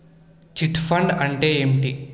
Chit fund అంటే ఏంటి?